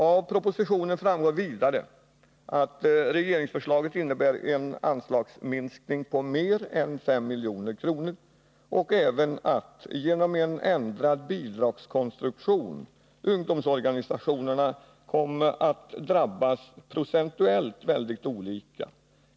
Av propositionen framgår vidare att regeringsförslaget innebär en anslagsminskning på mer än 5 milj.kr. och att ungdomsorganisationerna genom en ändrad bidragskonstruktion kommer att drabbas procentuellt mycket olika.